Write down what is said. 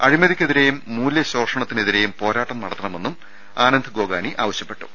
അഴിമതിക്കെതിരെയും മൂല്യശോഷണത്തിനെതിരെയും പോരാട്ടം നടത്തണമെന്നും ആനന്ദ് ഗോകാനി ആവശൃ പ്പെട്ടു